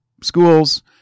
schools